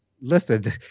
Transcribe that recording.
Listen